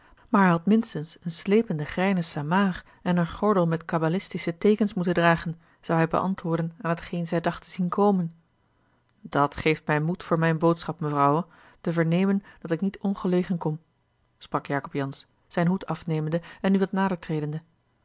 maar hij had minstens een slepende greinen samaar en een gordel met kabalistische teekens moeten dragen zou hij beantwoorden aan t geen zij dacht te zien komen dat geeft mij moed voor mijne boodschap mevrouwe te vernemen dat ik niet ongelegen kom sprak jacob jansz zijn hoed afnemende en nu wat nader tredende